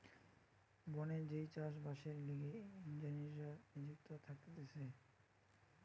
বনে যেই চাষ বাসের লিগে ইঞ্জিনীররা নিযুক্ত থাকতিছে